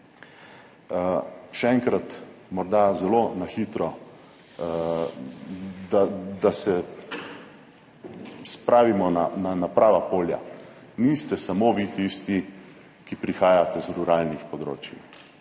Še enkrat, morda zelo na hitro, da se spravimo na prava polja. Niste samo vi tisti, ki prihajate iz ruralnih področij,